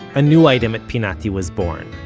a new item at pinati was born